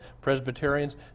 Presbyterians